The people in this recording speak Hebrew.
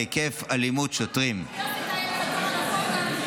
והיקפה של אלימות שוטרים -- רק להגיד שיוסי טייב חתום על החוק.